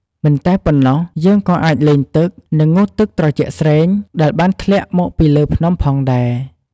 មិនតែប៉ុណ្ណោះយើងក៏អាចលេងទឹក និងងូតទឹកស្រជាក់ស្រេង ដែលបានធ្លាក់មកពីលើភ្នំផងដែរ។